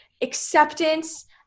acceptance